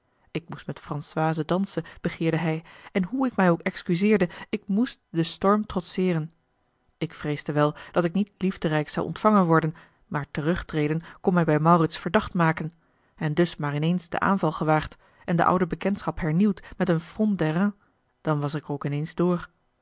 ik moest met françoise dansen begeerde hij en hoe ik mij ook excuseerde ik moest den storm trotseeren ik vreesde wel dat ik niet liefderijk zou ontvangen worden maar terugtreden kon mij bij maurits verdacht maken en dus maar in a l g bosboom-toussaint de delftsche wonderdokter eel den aanval gewaagd en de oude bekendschap hernieuwd met een front d'airain dan was ik er ook in eens door